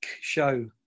show